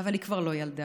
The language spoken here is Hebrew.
אבל היא כבר לא ילדה.